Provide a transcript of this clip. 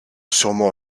sûrement